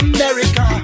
America